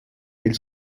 ells